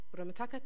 ramataka